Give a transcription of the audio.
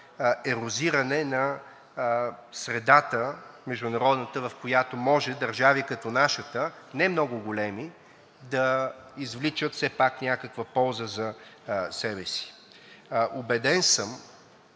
ерозиране на международната среда, в която може държави като нашата – не много големи, да извличат все пак някаква полза за себе си. Убеден съм,